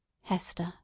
Hester